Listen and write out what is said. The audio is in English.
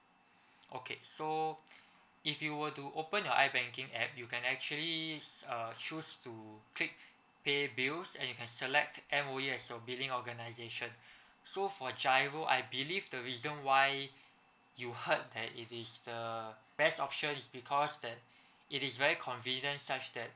okay so if you were to open your I banking app you can actually err choose to click pay bills and you can select M_O_E as your billing organisation so for giro I believe the reason why you heard that it is the best option is because that it is very convenient such that